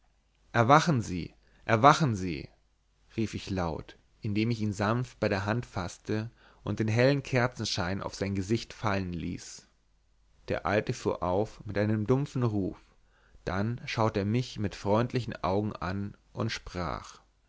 erwachen sie erwachen sie rief ich laut indem ich ihn sanft bei der hand faßte und den hellen kerzenschein auf sein gesicht fallen ließ der alte fuhr auf mit einem dumpfen ruf dann schaute er mich mit freundlichen augen an und sprach